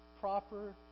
proper